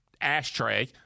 ashtray